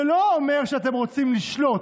זה לא אומר שאתם רוצים לשלוט,